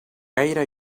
gaire